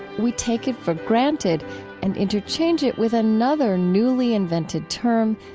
we take it for granted and interchange it with another newly invented term,